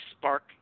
spark